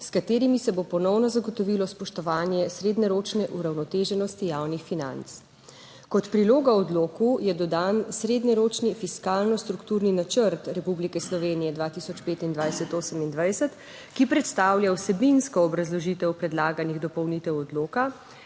s katerimi se bo ponovno zagotovilo spoštovanje srednjeročne uravnoteženosti javnih financ. Kot priloga odloku je dodan srednjeročni fiskalno strukturni načrt Republike Slovenije 2025-2028, ki predstavlja vsebinsko obrazložitev predlaganih dopolnitev odloka,